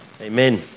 Amen